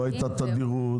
לא היתה תדירות,